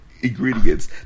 ingredients